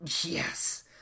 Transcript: Yes